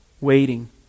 waiting